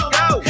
go